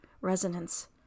resonance